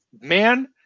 Man